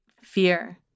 fear